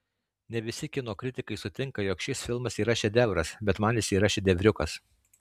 ne visi kino kritikai sutinka jog šis filmas yra šedevras bet man jis yra šedevriukas